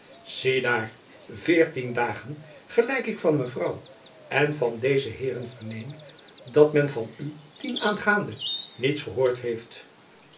ziedaar veertien dagen gelijk ik van mevrouw en van deze heeren verneem dat men van u dienaangaande niets gehoord heeft